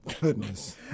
Goodness